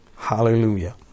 Hallelujah